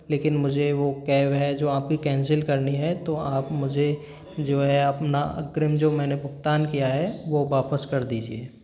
लेकिन मुझे वो कैब है जो आपकी कैंसिल करनी है तो आप मुझे जो है अपना अग्रिम जो मैंने भुगतान किया है वो वापस कर दीजिए